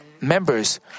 members